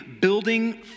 building